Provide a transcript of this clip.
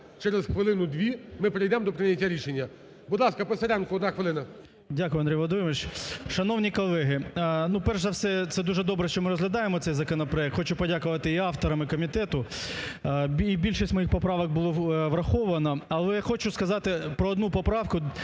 через хвилину-дві ми перейдемо до прийняття рішення. Будь ласка, Писаренко, 1 хвилина. 17:57:57 ПИСАРЕНКО В.В. Дякую, Андрій Володимирович! Шановні колеги! Перш за все, це дуже добре, що ми розглядаємо цей законопроект, хочу подякувати і авторам, і комітету, більшість моїх поправок було враховано. Але хочу сказати про одну поправку,